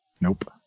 Nope